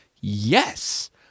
yes